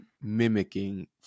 mimicking